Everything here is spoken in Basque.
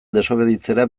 desobeditzera